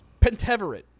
Penteverit